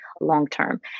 long-term